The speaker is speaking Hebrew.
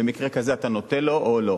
במקרה כזה אתה נותן לו או לא.